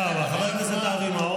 עבר הזמן.